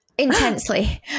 intensely